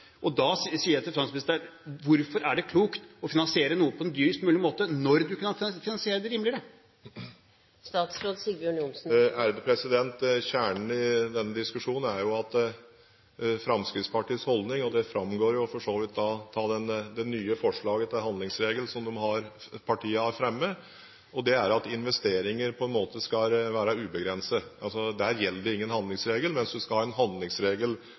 Da sier jeg til finansministeren: Hvorfor er det klokt å finansiere noe på dyrest mulig måte når man kan finansiere det rimeligere? Kjernen i denne diskusjonen er at Fremskrittspartiets holdning – og det framgår for så vidt av det nye forslaget til handlingsregel som partiet har fremmet – er at investeringer, på en måte, skal være ubegrenset. Der gjelder ingen handlingsregel, mens det skal være en handlingsregel